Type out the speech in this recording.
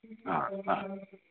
ह हा